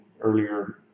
earlier